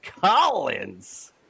Collins